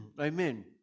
Amen